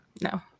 no